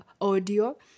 audio